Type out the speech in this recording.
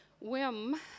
whim